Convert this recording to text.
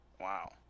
wow